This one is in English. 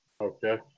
Okay